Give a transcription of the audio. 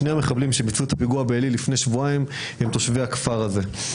שני מחבלים שביצעו את הפיגוע לפני שבועיים בעלי הם תושבי הכפר הזה.